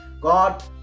God